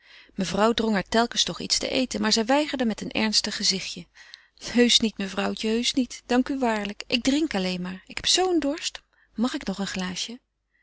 mevrouw drong haar telkens toch iets te eten maar zij weigerde met een ernstig gezichtje heusch niet mevrouwtje heusch niet dank u waarlijk ik drink alleen maar ik heb zoo een dorst mag ik nog een glaasje